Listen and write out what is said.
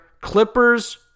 Clippers